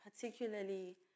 particularly